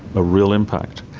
a real impact.